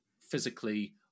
physically